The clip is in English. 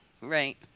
right